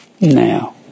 Now